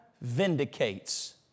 vindicates